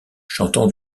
chantant